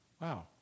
Wow